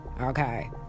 Okay